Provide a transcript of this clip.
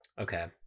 Okay